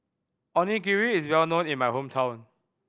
onigiri is well known in my hometown